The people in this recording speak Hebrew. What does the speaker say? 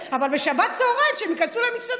הקשבתי לכל הנאום שלך,